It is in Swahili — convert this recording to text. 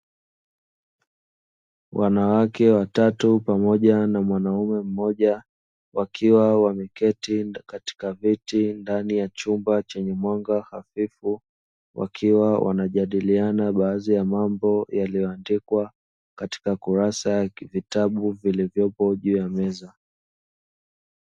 Wanawake watatu pamoja na mwanaume mmoja wakiwa wameketi katika viti ndani ya chumba chenye mwanga hafifu, wakiwa wanajadiliana baadhi ya mambo yaliyoandikwa katika kurasa ya vitabu vilivyopo juu ya meza.